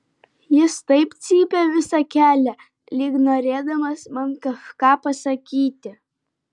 jis taip cypė visą kelią lyg norėdamas man kažką pasakyti